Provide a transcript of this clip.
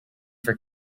for